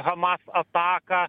hamas ataką